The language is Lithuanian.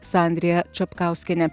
sandrija čapkauskienė